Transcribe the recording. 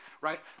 right